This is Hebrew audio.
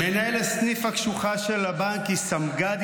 "-- מנהלת הסניף הקשוחה של הבנק היא סמג"ד